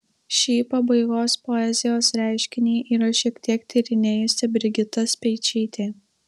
šį pabaigos poezijos reiškinį yra šiek tiek tyrinėjusi brigita speičytė